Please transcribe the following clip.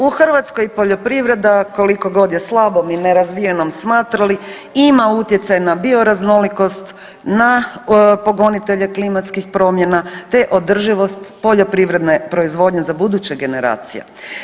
U Hrvatskoj poljoprivreda koliko god je slabom i nerazvijenom smatrali, ima utjecaj na bioraznolikost, na pogonitelje klimatskih promjena te održivost poljoprivredne proizvodnje za buduće generacije.